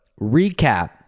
recap